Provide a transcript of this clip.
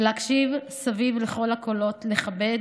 להקשיב סביב לכל הקולות, לכבד